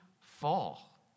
fall